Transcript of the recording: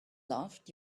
loved